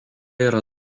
yra